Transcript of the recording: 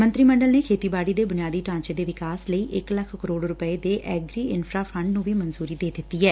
ਮੰਤਰੀ ਮੰਡਲ ਨੇ ਖੇਤੀਬਾੜੀ ਦੇ ਬੁਨਿਆਦੀ ਢਾਂਚੇ ਦੇ ਵਿਕਾਸ ਲਈ ਇਕ ਲੱਖ ਕਰੋੜ ਰੁਪੈ ਦੇ ਐਗਰੀ ਇਨਫਰਾ ਫੰਡ ਨੂੰ ਵੀ ਮਨਜੁਰੀ ਦੇ ਦਿੱਤੀ ਐ